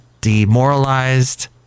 Demoralized